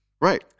Right